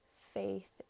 faith